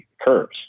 curves